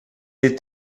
est